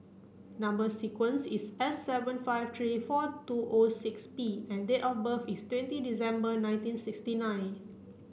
number sequence is S seven five three four two O six P and date of birth is twenty December nineteen sixty nine